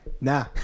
nah